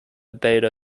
beta